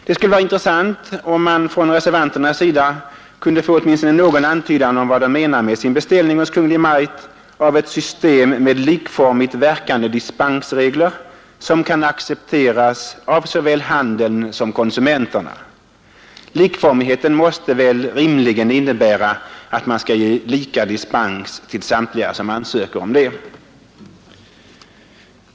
Det skulle vara intressant att från reservanternas sida få åtminstone någon antydan om vad de menar med sin beställning hos Kungl. Maj:t av ett system med likformigt verkande dispensregler, som kan accepteras av såväl handeln som konsumenterna. Likformigheten måste väl rimligen innebära att man skall ge lika dispens till samtliga som ansöker därom?